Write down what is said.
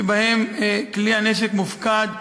שבהן כלי הנשק מופקד,